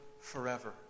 forever